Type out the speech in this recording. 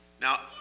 Now